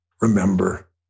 remember